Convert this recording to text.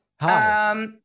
Hi